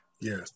Yes